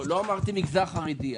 לא אמרתי מגזר חרדי.